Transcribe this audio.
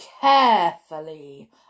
carefully